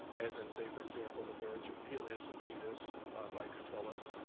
as in, say, for example, the marriage of peleus and thetis by catullus,